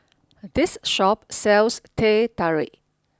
this shop sells Teh Tarik